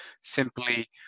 simply